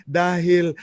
dahil